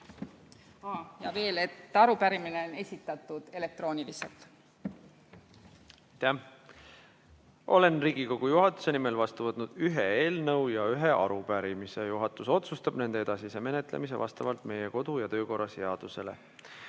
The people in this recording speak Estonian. jne, jne. Arupärimine on esitatud elektrooniliselt. Aitäh! Olen Riigikogu juhatuse nimel vastu võtnud ühe eelnõu ja ühe arupärimise. Juhatus otsustab nende edasise menetlemise vastavalt meie kodu- ja töökorra seadusele.